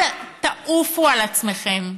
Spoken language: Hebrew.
אל תעופו על עצמכם.